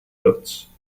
dots